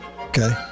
okay